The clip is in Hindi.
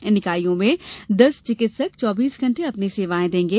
इन इकाइयों में दस चिकित्सक चौबीस घण्टे अपनी सेवायें देंगे